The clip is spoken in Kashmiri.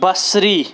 بَصری